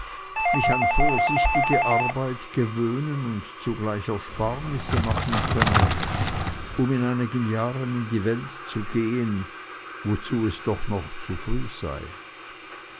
mich an vorsichtige arbeit gewöhnen und zugleich ersparnisse machen könne um in einigen jahren in die welt zu gehen wozu es doch noch zu früh sei